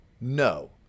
no